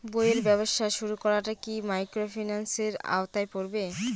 বইয়ের ব্যবসা শুরু করাটা কি মাইক্রোফিন্যান্সের আওতায় পড়বে?